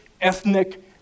ethnic